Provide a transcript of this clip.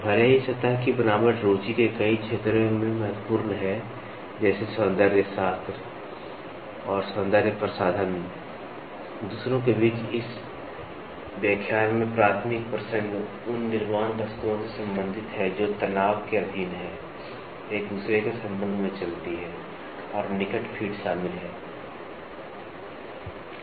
भले ही सतह की बनावट रुचि के कई क्षेत्रों में महत्वपूर्ण है जैसे सौंदर्यशास्त्र और सौंदर्य प्रसाधन दूसरों के बीच इस विशेष व्याख्यान में प्राथमिक प्रसंग उन निर्माण वस्तुओं से संबंधित है जो तनाव के अधीन हैं एक दूसरे के संबंध में चलती हैं और निकट फिट शामिल हैं उन्हें